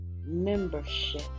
membership